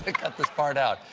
cut this part out.